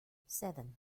seven